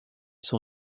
son